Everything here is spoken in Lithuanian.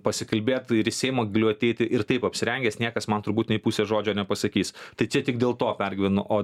pasikalbėt ir seimą galiu ateiti ir taip apsirengęs niekas man turbūt nei pusės žodžio nepasakys tai čia tik dėl to pergyvenu o